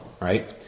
Right